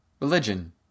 Religion